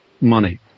money